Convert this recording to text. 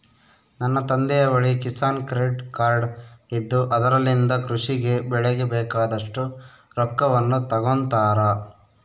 ನನ್ನ ತಂದೆಯ ಬಳಿ ಕಿಸಾನ್ ಕ್ರೆಡ್ ಕಾರ್ಡ್ ಇದ್ದು ಅದರಲಿಂದ ಕೃಷಿ ಗೆ ಬೆಳೆಗೆ ಬೇಕಾದಷ್ಟು ರೊಕ್ಕವನ್ನು ತಗೊಂತಾರ